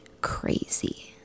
crazy